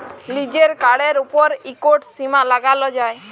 লিজের কাড়ের উপর ইকট সীমা লাগালো যায়